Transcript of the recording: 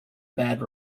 bad